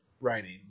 writing